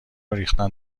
ریختن